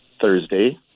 Thursday